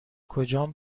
کجان